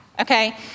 okay